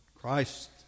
Christ